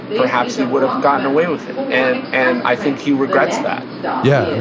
perhaps he would've gotten away with it. and and i think he regrets that yeah.